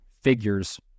figures